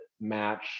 match